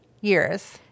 years